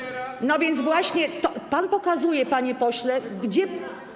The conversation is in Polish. No więc właśnie pan pokazuje, panie pośle, gdzie.